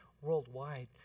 worldwide